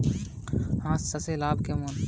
হাঁস চাষে লাভ কেমন?